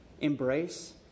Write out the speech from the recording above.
Embrace